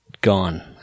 gone